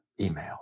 email